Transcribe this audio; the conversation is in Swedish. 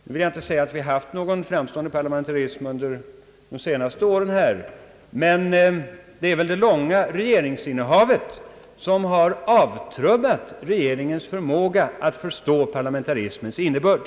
Nu vill jag inte säga att vi har haft någon fullgod parlamentarism under de senaste åren, men det är väl det långa regeringsinnehavet som har avtrubbat regeringens förmåga att förstå parlamentarismens innebörd.